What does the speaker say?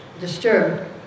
disturbed